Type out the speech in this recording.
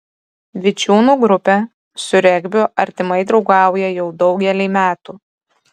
vičiūnų grupė su regbiu artimai draugauja jau daugelį metų